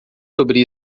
sobre